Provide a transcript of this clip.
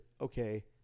okay